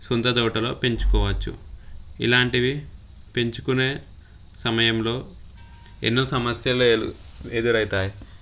సొంత తోటలో పెంచుకోవచ్చు ఇలాంటివి పెంచుకునే సమయంలో ఎన్నో సమస్యలు ఎదురైతాయి